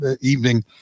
evening